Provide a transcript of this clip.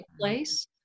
place